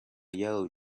yellow